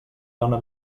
dóna